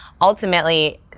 Ultimately